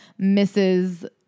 Mrs